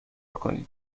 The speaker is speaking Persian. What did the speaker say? کنید